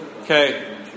Okay